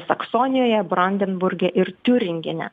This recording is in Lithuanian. saksonijoje brandenburge ir tiuringine